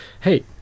hey